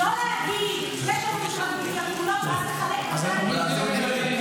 לא להגיד שיש התייקרויות ואז לחלק 200 מיליון דיווידנד.